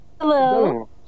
Hello